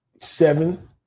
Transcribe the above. seven